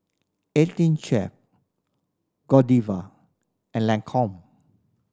Eighteen Chef Godiva and Lancome